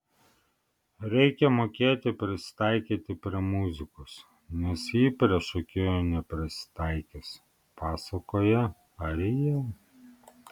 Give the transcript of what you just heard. reikia mokėti prisitaikyti prie muzikos nes ji prie šokėjo neprisitaikys pasakoja ariel